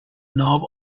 knob